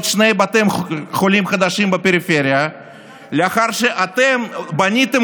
שני בתי חולים חדשים בפריפריה לאחר שאתם בניתם